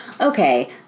Okay